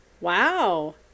Wow